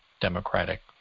democratic